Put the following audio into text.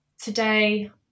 today